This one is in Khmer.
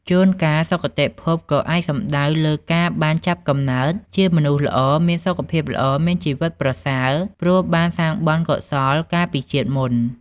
ជួនកាល សុគតិភពក៏អាចសំដៅលើការបានចាប់កំណើតជាមនុស្សល្អ មានសុខភាពល្អ មានជីវិតប្រសើរ ព្រោះបានសាងបុណ្យកុសលកាលពីជាតិមុន។